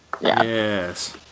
Yes